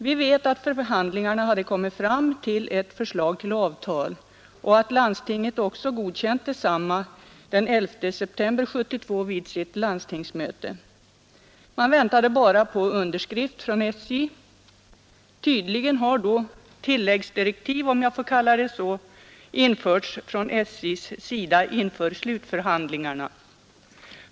Vi vet att förhandlarna kommit fram till ett förslag till avtal, och att landstinget godkänt detsamma den 11 september 1972 vid sitt landstingsmöte. Man väntade bara på underskrift från SJ. Tydligen har då ”tilläggsdirektiv”, om jag får kalla det så, införts från SJ:s sida inför slutförhandlingarna.